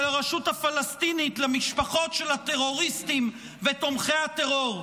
הרשות הפלסטינית למשפחות של הטרוריסטים ותומכי הטרור.